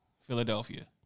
Philadelphia